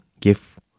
give